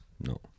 No